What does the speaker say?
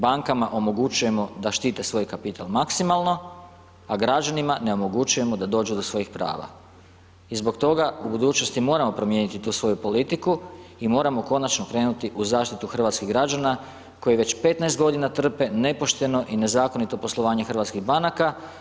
Bankama omogućujemo da štite svoj kapital maksimalno, a građanima ne omogućujemo da dođu do svojih prava i zbog toga u budućnosti moramo promijeniti tu svoju politiku i moramo konačno krenuti u zaštitu hrvatskih građana koji već 15 godina trpe nepošteno i nezakonito poslovanje hrvatskih banaka.